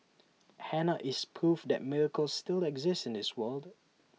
Hannah is proof that miracles still exist in this world